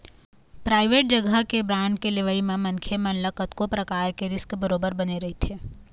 private जघा के bond के लेवई म मनखे मन ल कतको परकार के रिस्क बरोबर बने रहिथे